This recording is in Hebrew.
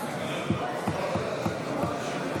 להלן תוצאות ההצבעה: 46